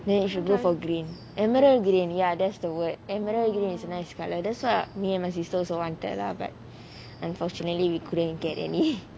then you should go for green emerald green ya that's the word emerald green is a nice color that's what me and my sister also wanted lah but unfortunately we couldn't get any